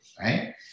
right